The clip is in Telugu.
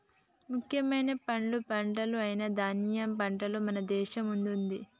ముఖ్యమైన పండ్ల పంటలు అయిన దానిమ్మ పంటలో మన దేశం ముందుంది